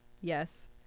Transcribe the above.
Yes